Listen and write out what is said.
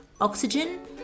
oxygen